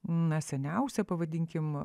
na seniausia pavadinkim